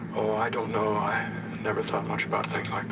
oh, i don't know. i never thought much about